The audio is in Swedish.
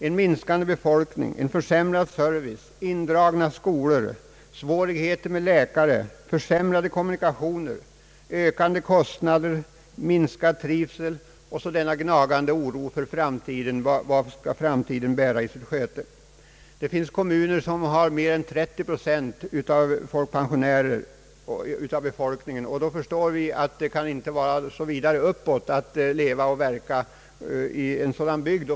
En minskande befolkning, försämrad service, indragna skolor, svårigheter med läkare, försämrade kommunikationer, ökande kostnader, minskad trivsel och så denna gnagande oro inför framtiden. I vissa kommuner är mer än 30 procent av befolkningen pensionärer. Det kan inte vara så värst upplyftande att leva och verka i en sådan bygd.